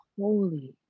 holy